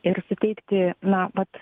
ir suteikti na vat